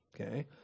Okay